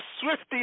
Swifty